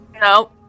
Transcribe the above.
no